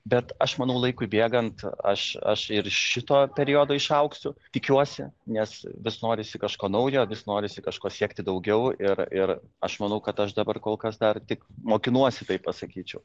bet aš manau laikui bėgant aš aš ir iš šito periodo išaugsiu tikiuosi nes vis norisi kažko naujo vis norisi kažko siekti daugiau ir ir aš manau kad aš dabar kol kas dar tik mokinuosi taip pasakyčiau